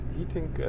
Heating